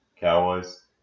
Cowboys